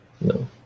no